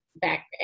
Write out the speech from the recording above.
back